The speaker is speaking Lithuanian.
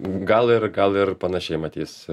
gal ir gal ir panašiai mat jis